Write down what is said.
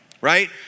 right